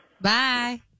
Bye